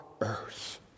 earth